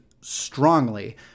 strongly